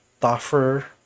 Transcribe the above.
tougher